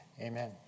amen